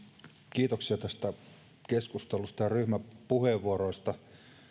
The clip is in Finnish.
kiitoksia tästä keskustelusta ja ryhmäpuheenvuoroista